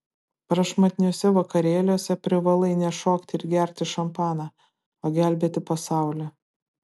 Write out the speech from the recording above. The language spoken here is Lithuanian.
prašmatniuose vakarėliuose privalai ne šokti ir gerti šampaną o gelbėti pasaulį